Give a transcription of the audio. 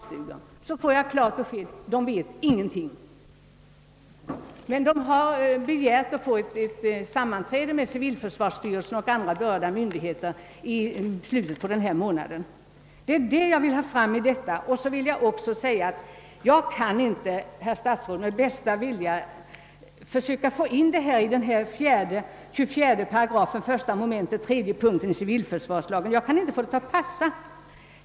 Styrelsen har emellertid begärt att få ett sammanträde med = civilförsvarsstyrelsen och andra berörda myndigheter i slutet av denna månad. Vidare kan jag inte, herr statsråd, med bästa vilja få barnstugorna att pas sa in under 24 8 1 mom. 3 punkten i civilförsvarslagen.